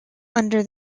under